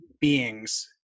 beings